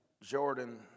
Jordan